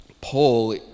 Paul